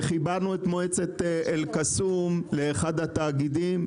וחיברנו את מועצת אל קסום לאחד התאגידים,